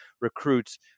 recruits